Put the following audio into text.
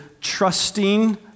trusting